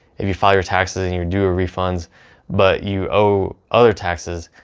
if you file your taxes and you're due a refund but you owe other taxes,